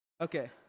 Okay